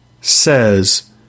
says